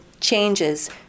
changes